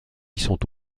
sont